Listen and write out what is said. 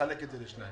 לחלק את זה לשניים.